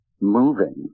moving